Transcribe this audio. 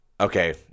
Okay